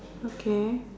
okay